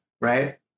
right